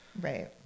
Right